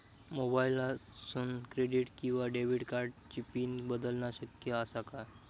मोबाईलातसून क्रेडिट किवा डेबिट कार्डची पिन बदलना शक्य आसा काय?